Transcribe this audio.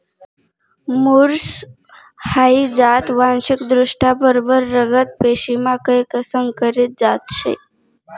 मुर्स हाई जात वांशिकदृष्ट्या बरबर रगत पेशीमा कैक संकरीत जात शे